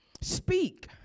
speak